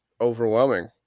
overwhelming